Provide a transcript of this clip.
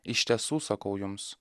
iš tiesų sakau jums